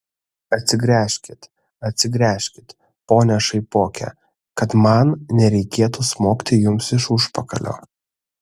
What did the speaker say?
atsigręžkit atsigręžkit pone šaipoke kad man nereikėtų smogti jums iš užpakalio